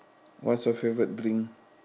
what is your favourite drink